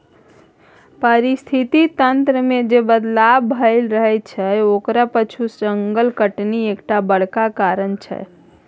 पारिस्थितिकी तंत्र मे जे बदलाव भए रहल छै ओकरा पाछु जंगल कटनी एकटा बड़का कारण छै